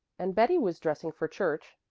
and betty was dressing for church,